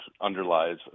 underlies